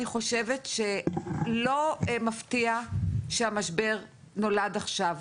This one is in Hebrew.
אני חושבת שלא מפתיע שהמשבר נולד עכשיו,